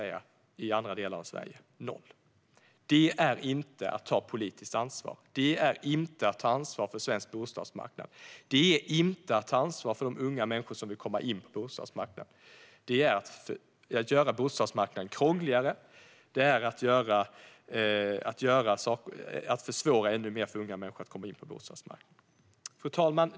Detta är inte att ta politiskt ansvar. Det är inte att ta ansvar för svensk bostadsmarknad. Det är inte att ta ansvar för de unga människor som vill komma in på bostadsmarknaden. Det är att göra bostadsmarknaden krångligare. Det är att försvåra ännu mer för unga människor att komma in på bostadsmarknaden. Fru talman!